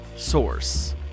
Source